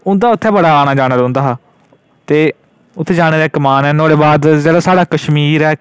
उंदा उत्थै बड़ा आना जाना रौह्दा हा ते उत्थै जाने दा इक मान ऐ जेह्ड़ा साढ़ा जेह्ड़ा कश्मीर ऐ